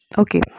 okay